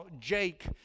Jake